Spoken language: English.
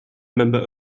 member